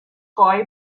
koi